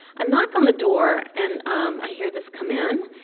ah knock on the door and i hear this, come in.